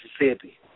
Mississippi